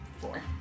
Four